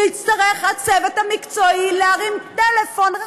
יצטרך הצוות המקצועי להרים טלפון,